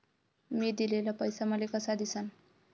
मी दिलेला पैसा मले कसा दिसन?